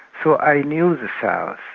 so i knew the south,